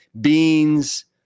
beans